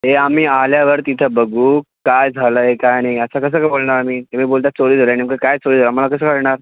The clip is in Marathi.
हे आम्ही आल्यावर तिथं बघू काय झालं आहे काय नाही असं कसं काय बोलणार आम्ही तुम्ही बोलतात चोरी झाली नेमकं काय आम्हाला कसं कळणार